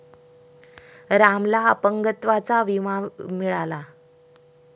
रामला अपंगत्वाचा विमा मिळाला